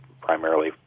primarily